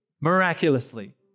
miraculously